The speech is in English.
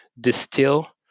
distill